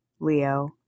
Leo